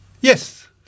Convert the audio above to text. Yes